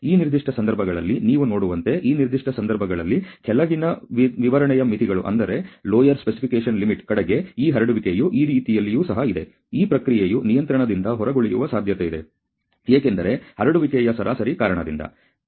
ಈ ನಿರ್ದಿಷ್ಟ ಸಂದರ್ಭಗಳಲ್ಲಿ ನೀವು ನೋಡುವಂತೆ ಈ ನಿರ್ದಿಷ್ಟ ಸಂದರ್ಭಗಳಲ್ಲಿ ಕೆಳಗಿನ ವಿವರಣೆಯ ಮಿತಿಗಳ ಕಡೆಗೆ ಈ ಹರಡುವಿಕೆಯು ಈ ರೀತಿಯಲ್ಲಿಯೂ ಸಹ ಇದೆ ಈ ಪ್ರಕ್ರಿಯೆಯು ನಿಯಂತ್ರಣದಿಂದ ಹೊರಗುಳಿಯುವ ಸಾಧ್ಯತೆಯಿದೆ ಏಕೆಂದರೆ ಹರಡುವಿಕೆಯ ಸರಾಸರಿ ಕಾರಣದಿಂದ